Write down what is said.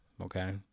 Okay